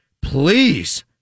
please